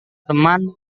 teman